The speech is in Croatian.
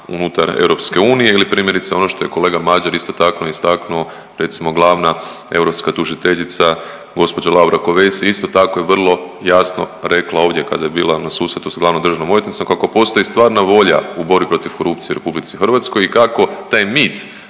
unutar EU ili primjerice ono što je kolega Mađar isto tako istaknuo recimo glavna europska tužiteljica gospođa Laura Kovesi isto tako je vrlo jasno rekla ovdje kada je bila na susretu s glavnom državnom odvjetnicom, kako postoji stvarna volja u borbi protiv korupcije u RH i kako taj mit